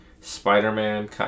Spider-Man